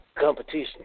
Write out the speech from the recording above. competition